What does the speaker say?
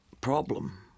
problem